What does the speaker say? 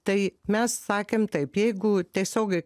tai mes sakėm taip jeigu tiesiogiai